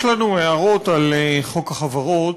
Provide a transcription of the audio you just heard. תודה רבה, יש לנו הערות על חוק החברות,